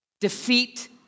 defeat